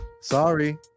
sorry